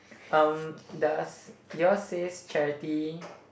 um does your says charity